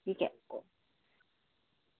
ठीक ऐ